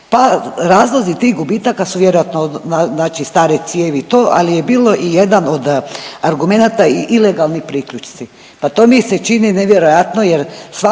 Pa razlozi tih gubitaka su vjerojatno stare cijevi i to, ali je bilo i jedan od argumenata i ilegalni priključci. Pa to mi se čini nevjerojatno